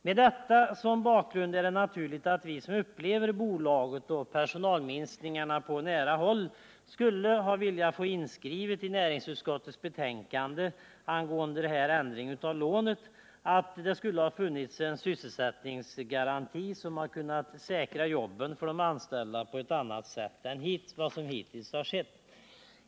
Med detta som bakgrund är det naturligt att vi som upplever bolaget och personalminskningarna på nära håll skulle ha velat få inskrivet i näringsutskottets betänkande angående ändring av lånet till Uddeholm att det skulle ha funnits en sysselsättningsgaranti som hade kunnat säkra jobben för de anställda på ett annat sätt än vad som hittills har skett.